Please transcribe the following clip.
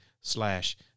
slash